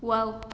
wow